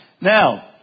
Now